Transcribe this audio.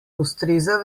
ustreza